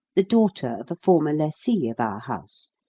the daughter of a former lessee of our house,